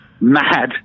mad